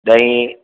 ॾहीं